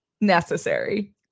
necessary